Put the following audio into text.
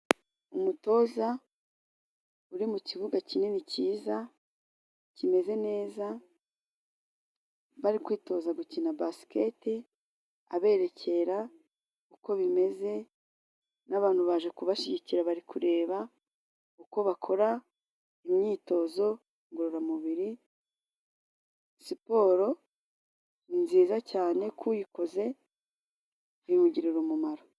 Umutoza uri mu kibuga kinini cyiza, kimeze neza, bari kwitoza gukina basiketi, aberekera uko bimeze, n'abantu baje kubashyigikira bari kureba uko bakora imyitozo ngororamubiri, siporo ni nziza cyane kuyikoze bimugirira umumaro.